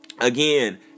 again